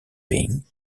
being